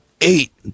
eight